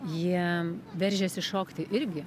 jie veržiasi šokti irgi